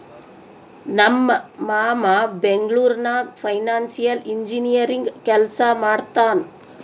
ನಮ್ ಮಾಮಾ ಬೆಂಗ್ಳೂರ್ ನಾಗ್ ಫೈನಾನ್ಸಿಯಲ್ ಇಂಜಿನಿಯರಿಂಗ್ ಕೆಲ್ಸಾ ಮಾಡ್ತಾನ್